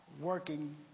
working